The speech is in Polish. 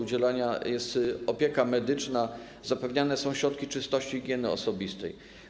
Udzielana jest opieka medyczna, zapewniane są środki czystości i higieny osobistej.